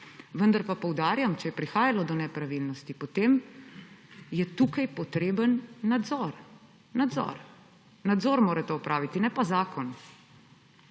Vendar pa poudarjam, če je prihajalo do nepravilnosti, potem je tukaj potreben nadzor. Nadzor. Nadzor mora to opraviti, ne pa zakon.